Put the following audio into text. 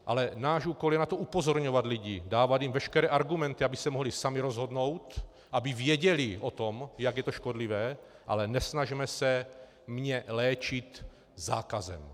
Ale náš úkol je na to lidi upozorňovat, dávat jim veškeré argumenty, aby se mohli sami rozhodnout, aby věděli o tom, jak je to škodlivé, ale nesnažme se mě léčit zákazem.